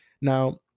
Now